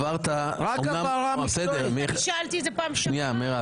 אני שאלתי את זה פעם שניה.